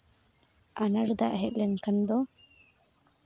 ᱟᱱᱟᱴ ᱫᱟᱜ ᱦᱮᱡ ᱞᱮᱱᱠᱷᱟᱱ ᱫᱚ